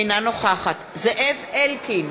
אינה נוכחת זאב אלקין,